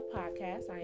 podcast